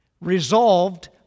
Resolved